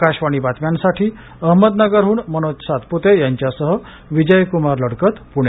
आकाशवाणी बातम्यांसाठी अहमदनगरहून मनोज सातपूते याच्यासह विजयक्मार लडकत पूणे